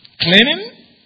cleaning